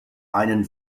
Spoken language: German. einen